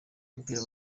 umupira